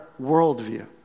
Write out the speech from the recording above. worldview